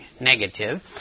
negative